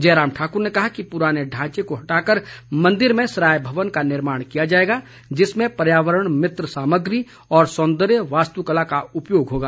जयराम ठाकुर ने कहा कि पुराने ढांचे को हटाकर मंदिर में सराय भवन का निर्माण किया जाएगा जिसमें पर्यावरण मित्र सामग्री और सौंदर्य वास्तुकला का उपयोग होगा